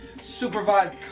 supervised